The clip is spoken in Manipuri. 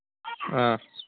ꯑꯥ